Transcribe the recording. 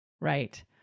Right